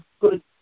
good